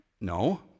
No